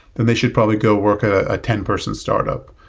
then they should probably go work at a ten person startup.